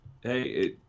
hey